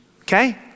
okay